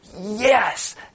yes